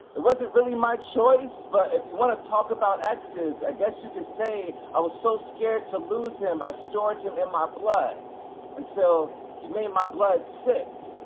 it wasn't really my choice, but if you want to talk about exes, i guess you could say i was so scared to lose him i stored him in my blood until he made my blood sick,